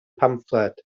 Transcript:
pamffled